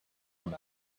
from